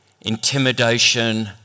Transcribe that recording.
intimidation